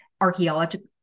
archaeological